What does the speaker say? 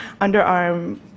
underarm